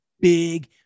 big